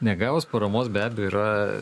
negavus paramos be abejo yra